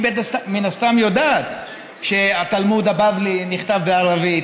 מן הסתם יודעת שהתלמוד הבבלי נכתב בערבית,